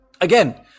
Again